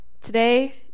Today